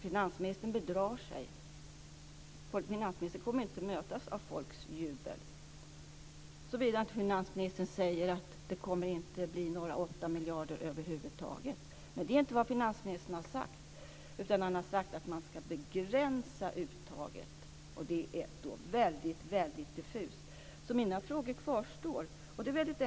Finansministern bedrar sig. Han kommer inte att mötas av folks jubel, såvida han inte säger att det inte kommer att bli några 8 miljarder över huvud taget. Men det är inte vad finansministern har sagt, utan han har sagt att man ska begränsa uttaget. Det är väldigt diffust. Mina frågor kvarstår.